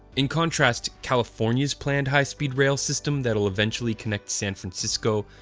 in contrast, california's planned high speed rail system that'll eventually connect san francisco,